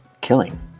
killing